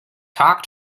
talk